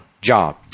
job